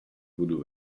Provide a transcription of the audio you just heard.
budu